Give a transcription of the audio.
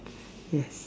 yes